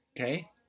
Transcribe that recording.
okay